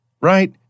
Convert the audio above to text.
Right